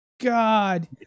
God